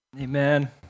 Amen